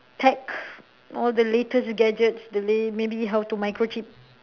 tech all the latest gadgets the la~ maybe how to microchip